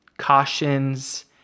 Cautions